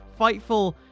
fightful